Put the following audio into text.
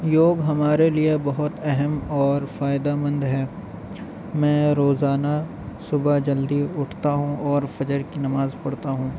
یوگ ہمارے لیے بہت اہم اور فائدہ مند ہے میں روزانہ صبح جلدی اٹھتا ہوں اور فجر کی نماز پڑھتا ہوں